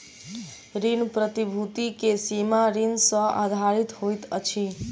ऋण प्रतिभूति के सीमा ऋण सॅ आधारित होइत अछि